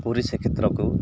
ପୁରୀ ଶ୍ରୀକ୍ଷେତ୍ରକୁ